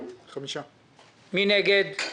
מי נגד?